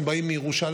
הם באים מירושלים,